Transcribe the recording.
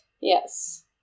Yes